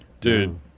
Dude